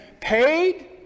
paid